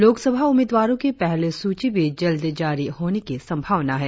लोक सभा उम्मीदवारों की पहली सूची भी जल्द जारी होने की संभावना है